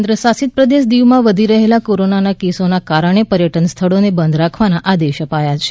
કેન્દ્ર શાસિત પ્રદેશ દીવમાં વધી રહેલા કોરોના કેસોના કારણે પર્યટન સ્થળોને બંધ રાખવાના આદેશ અપાયા છે